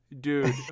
dude